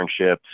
internships